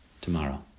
tomorrow